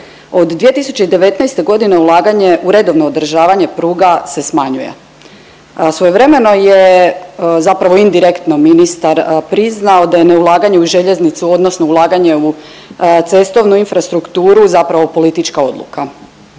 Od 2019. godine ulaganje u redovno održavanje pruga se smanjuje. Svojevremeno je zapravo indirektno ministar priznao da je ne ulaganje u željeznicu odnosno ulaganje u cestovnu infrastrukturu zapravo politička odluka.